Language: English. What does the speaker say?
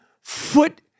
foot